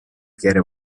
quiere